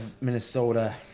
Minnesota